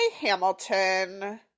Hamilton